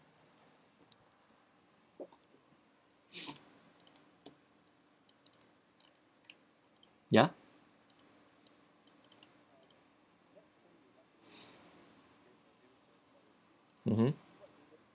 ya mmhmm